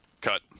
Cut